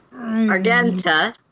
Argenta